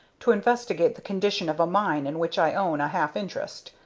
to investigate the condition of a mine in which i own a half-interest.